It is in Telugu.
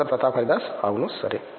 ప్రొఫెసర్ ప్రతాప్ హరిదాస్ అవును సరే